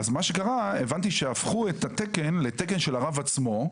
אז מה שקרה הבנתי שהפכו את התקן לתקן של הרב עצמו,